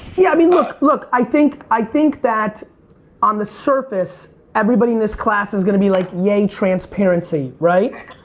yeah i mean look, look. i think, i think that on the surface everybody in this class is gonna be like yay transparency, right?